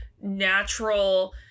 natural